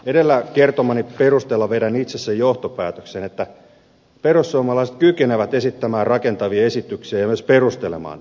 edellä kertomani perusteella vedän itse sen johtopäätöksen että perussuomalaiset kykenevät esittämään rakentavia esityksiä ja myös perustelemaan niitä